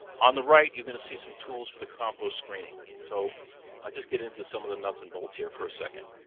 on the right you're going to see some tools for the compost screening. so i'll just get into some of the nuts and bolts here for a second.